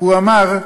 הוא אמר: